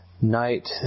night